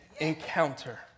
encounter